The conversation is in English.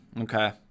Okay